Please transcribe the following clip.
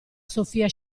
sofia